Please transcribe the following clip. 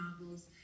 novels